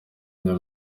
njya